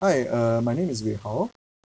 hi uh my name is wee hao